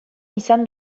izan